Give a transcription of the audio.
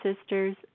sisters